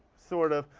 sort of.